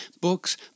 books